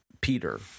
Peter